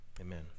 amen